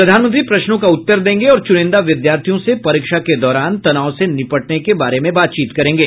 प्रधानमंत्री प्रश्नों का उत्तर देंगे और चुनिंदा विद्यार्थियों से परीक्षा के दौरान तनाव से निपटने के बारे में बातचीत करेंगे